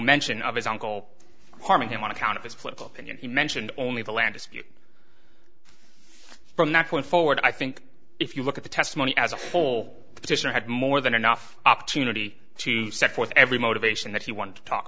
mention of his uncle harming him on account of his political opinion he mentioned only the land dispute from that point forward i think if you look at the testimony as a whole the petitioner had more than enough opportunity to set forth every motivation that he wanted to talk